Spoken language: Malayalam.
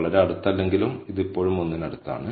വളരെ അടുത്തല്ലെങ്കിലും അത് ഇപ്പോഴും 1 ന് അടുത്താണ്